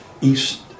east